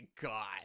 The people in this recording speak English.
God